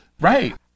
Right